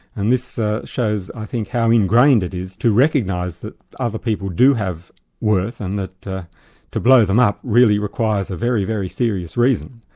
and this ah shows, i think, how ingrained it is to recognise that other people do have worth, and that to to blow them up really requires a very, very serious reason.